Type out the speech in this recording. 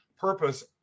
purpose